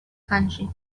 country